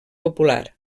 popular